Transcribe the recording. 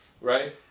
right